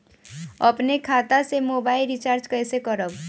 अपने खाता से मोबाइल रिचार्ज कैसे करब?